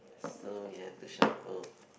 so we have to shuffle